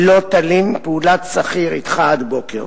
"לא תלין פעֻלת שכיר אתך עד בֹקר,